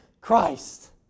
Christ